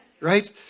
Right